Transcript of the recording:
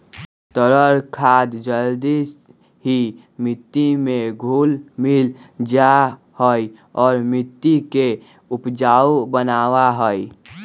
तरल खाद जल्दी ही मिट्टी में घुल मिल जाहई और मिट्टी के उपजाऊ बनावा हई